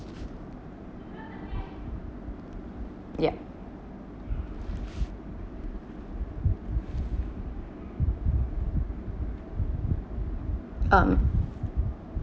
ya um